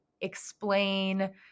explain